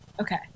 Okay